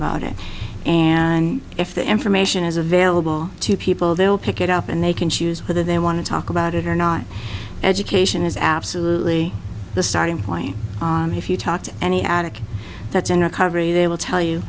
about it and if the information is available to people they'll pick it up and they can choose whether they want to talk about it or not education is absolutely the starting point if you talk to any adic that's in recovery they will tell you